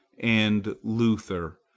and luther,